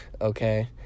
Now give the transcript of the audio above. Okay